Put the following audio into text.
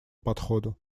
подходу